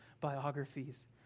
biographies